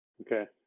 Okay